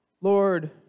Lord